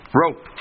rope